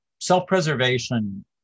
self-preservation